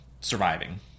surviving